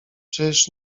czyż